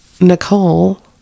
Nicole